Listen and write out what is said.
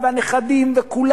ולכן אנחנו נאלצים לפתוח בשבת.